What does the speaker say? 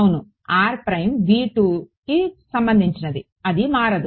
అవును అది మారదు